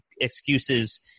excuses